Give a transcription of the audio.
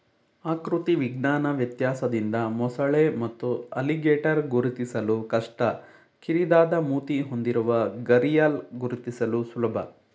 ಆಕೃತಿ ವಿಜ್ಞಾನ ವ್ಯತ್ಯಾಸದಿಂದ ಮೊಸಳೆ ಮತ್ತು ಅಲಿಗೇಟರ್ ಗುರುತಿಸಲು ಕಷ್ಟ ಕಿರಿದಾದ ಮೂತಿ ಹೊಂದಿರುವ ಘರಿಯಾಲ್ ಗುರುತಿಸಲು ಸುಲಭ